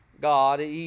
God